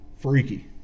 freaky